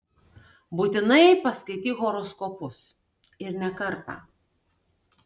būtinai paskaityk horoskopus ir ne kartą